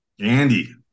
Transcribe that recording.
andy